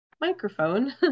microphone